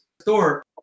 store